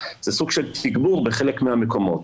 זה סוג של תגבור בחלק מהמקומות.